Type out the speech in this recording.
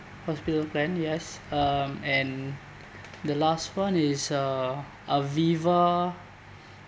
hospital plan yes um and the last one is uh Aviva